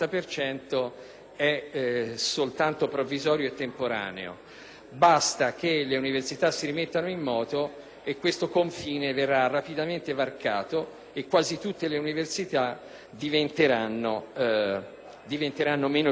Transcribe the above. è soltanto provvisorio e temporaneo: basta che le università si rimettano in moto e tale confine verrà rapidamente varcato e quasi tutte le università diventeranno meno virtuose.